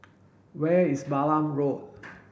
where is Balam Road